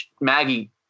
Maggie